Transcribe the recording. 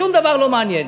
שום דבר לא מעניין.